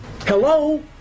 Hello